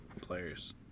players